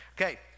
Okay